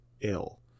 ill